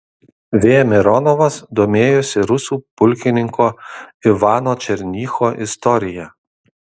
v mironovas domėjosi rusų pulkininko ivano černycho istorija